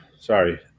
sorry